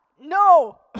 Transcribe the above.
No